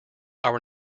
our